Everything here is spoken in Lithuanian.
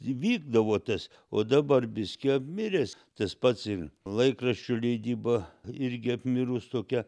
įvykdavo tas o dabar biskį apmiręs tas pats ir laikraščių leidyba irgi apmirus tokia